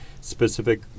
Specific